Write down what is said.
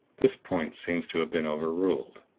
this point seems to have been overruled,